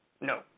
No